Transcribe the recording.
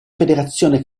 federazione